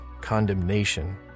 condemnation